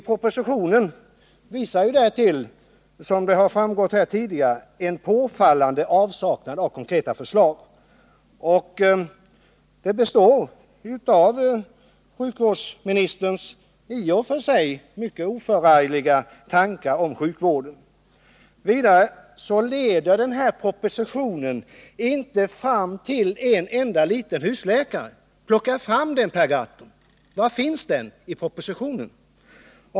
Propositionen visar ju därtill, som har framgått här tidigare, en påfallande avsaknad av konkreta förslag. Den består av sjukvårdsministerns i och för sig mycket oförargliga tankar om sjukvården. Vidare leder propositionen inte fram till en enda liten husläkare. Plocka fram en sådan, Per Gahrton! Var finns den husläkaren i propositionen?